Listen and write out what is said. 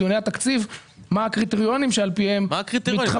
בדיוני התקציב מה הקריטריונים שעל פיהם מחלקים.